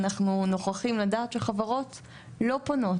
אנחנו נוכחים לדעת שחברות לא פונות